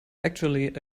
actually